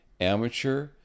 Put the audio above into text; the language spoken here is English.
amateur